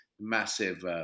massive